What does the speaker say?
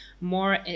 more